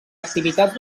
activitats